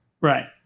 Right